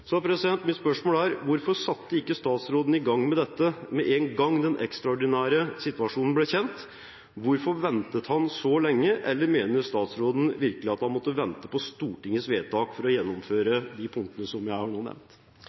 Mitt spørsmål er: Hvorfor satte ikke statsråden i gang med dette med en gang den ekstraordinære situasjonen ble kjent, hvorfor ventet han så lenge? Eller mener statsråden virkelig at han måtte vente på Stortingets vedtak for å gjennomføre de punktene som jeg nå har nevnt?